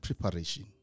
preparation